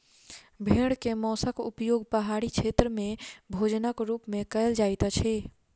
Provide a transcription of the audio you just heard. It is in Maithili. भेड़ के मौंसक उपयोग पहाड़ी क्षेत्र में भोजनक रूप में कयल जाइत अछि